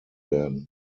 werden